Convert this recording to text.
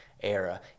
era